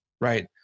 right